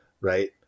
right